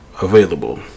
available